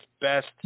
best